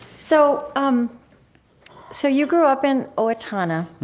so um so you grew up in owatonna.